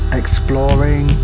exploring